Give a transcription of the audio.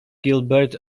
gilbert